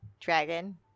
Dragon